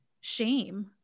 shame